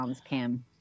Kim